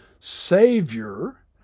Savior